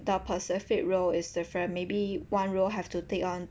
the specific role is different maybe one role have to take on